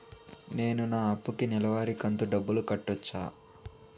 నేను నా అప్పుకి నెలవారి కంతు డబ్బులు కట్టొచ్చా?